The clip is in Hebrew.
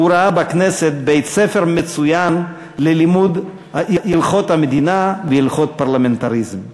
והוא ראה בכנסת בית-ספר מצוין ללימוד הלכות המדינה והלכות פרלמנטריזם.